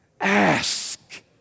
ask